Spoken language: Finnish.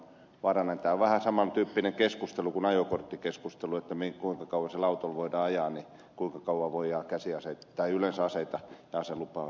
tämä on vähän saman tyyppinen keskustelu kuin ajokorttikeskustelu kuinka kauan sillä autolla voi ajaa kuinka kauan voidaan käsiaseita tai yleensä aseita ja aselupaa pitää